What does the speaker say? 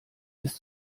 ist